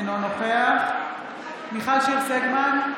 אינו נוכח מיכל שיר סגמן,